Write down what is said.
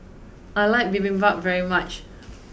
I like Bibimbap very much